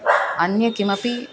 अन्य किमपि